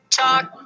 talk